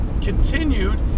continued